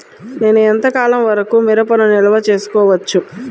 నేను ఎంత కాలం వరకు మిరపను నిల్వ చేసుకోవచ్చు?